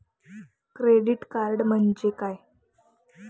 Credit card म्हणजे काय?